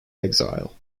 exile